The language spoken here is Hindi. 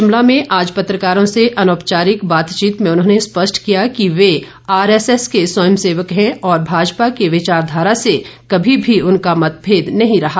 शिमला में आज पत्रकारों से अनौपचारिक बातचीत में उन्होंने स्पष्ट किया कि ये आर एस एस के स्वयंसेवक हैं और भाजपा की विचारधारा से कभी भी उनका मतभेद नहीं रहा